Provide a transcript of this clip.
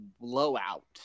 Blowout